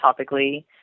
topically